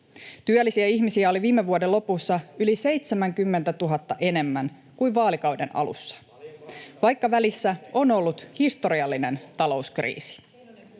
Työllisiä ihmisiä oli viime vuoden lopussa yli 70 000 enemmän kuin vaalikauden alussa, vaikka välissä on ollut historiallinen talouskriisi.